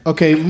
Okay